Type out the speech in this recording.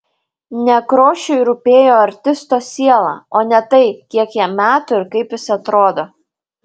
nekrošiui rūpėjo artisto siela o ne tai kiek jam metų ir kaip jis atrodo